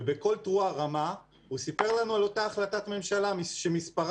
ובקול תרועה רמה הוא סיפר לנו על אותה החלטת ממשלה שמספרה